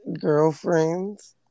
girlfriends